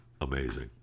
amazing